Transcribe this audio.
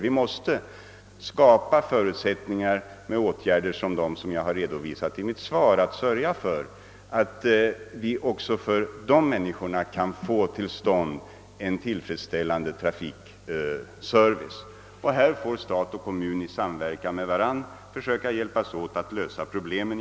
Vi måste med sådana åtgärder som jag redovisat i mitt svar skapa förutsättningar för att få till stånd en tillfredsställande trafikservice även för dessa människor. Här får stat och kommun i samverkan försöka hjälpas åt att lösa problemen.